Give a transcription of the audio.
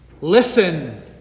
Listen